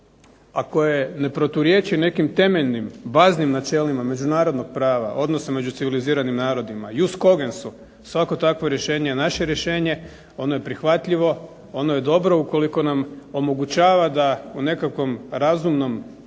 koje ne proturječi nekim temeljnim baznim načelima međunarodnog prava odnosno među civiliziranim narodima, svako takvo rješenje je naše rješenje, ono je prihvatljivo, ono je dobro ukoliko nam omogućava da u nekakvoj razumnoj ravnoteži